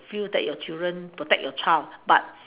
feel that your children protect your child but